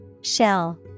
Shell